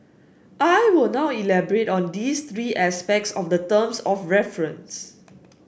I will now elaborate on these three aspects of the terms of reference